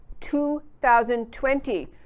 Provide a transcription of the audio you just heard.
2020